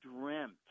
dreamt